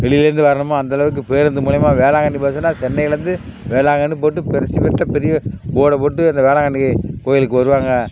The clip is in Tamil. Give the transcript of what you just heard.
வெளியிலேருந்து வரணுமோ அந்தளவுக்கு பேருந்து மூலிமா வேளாங்கண்ணி பஸ்ஸுனால் சென்னையிலேருந்து வேளாங்கண்ணி போட்டு பெருசு பெருசாக பெரிய போர்டை போட்டு அந்த வேளாங்கண்ணி கோயிலுக்கு வருவாங்க